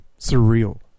surreal